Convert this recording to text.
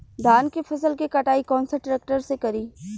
धान के फसल के कटाई कौन सा ट्रैक्टर से करी?